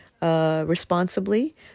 Responsibly